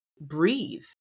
breathe